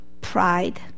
pride